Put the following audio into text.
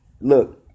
look